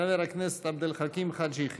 חבר הכנסת עבד אל חכים חאג' יחיא.